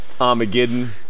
Armageddon